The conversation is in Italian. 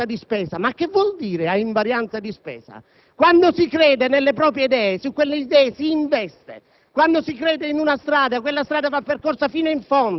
reintroduciamo il tempo pieno ma ad invarianza di spesa. Che vuol dire «ad invarianza di spesa»? Quando si crede nelle proprie idee, su di esse si investe;